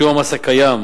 משיעור המס הקיים,